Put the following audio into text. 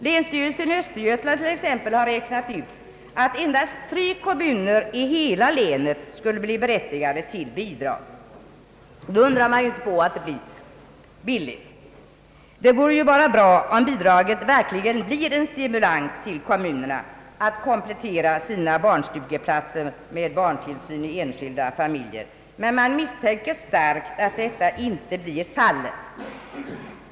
Länsstyrelsen i Östergötland t.ex. har räknat ut att endast tre kommuner i hela länet skulle bli berättigade till bidrag. Då undrar man inte på att det blir billigt. Det vore bara bra om bidraget verkligen bleve en stimulans för kommunerna att komplettera sina barnstugeplatser med barntillsyn i enskilda familjer, men man misstänker starkt att detta inte blir fallet.